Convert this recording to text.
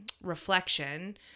reflection